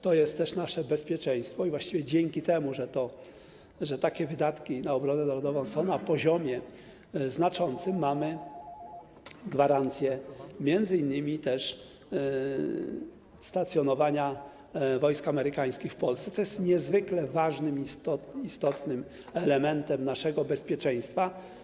To jest też nasze bezpieczeństwo i właściwie dzięki temu, że takie wydatki na obronę narodową są na znaczącym poziomie, mamy gwarancję m.in. stacjonowania wojsk amerykańskich w Polsce, co jest niezwykle ważnym, istotnym elementem naszego bezpieczeństwa.